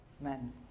men